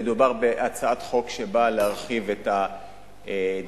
מדובר בהצעת חוק שבאה להרחיב את ה-DTT,